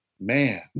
Man